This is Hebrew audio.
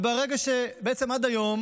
עד היום